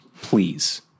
please